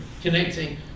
connecting